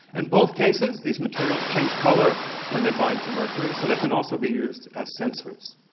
and both cases these materials change colour when they bind to mercury, so they can also be used as sensors.